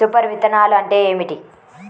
Super విత్తనాలు అంటే ఏమిటి?